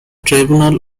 tribunal